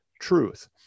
truth